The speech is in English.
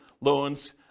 loans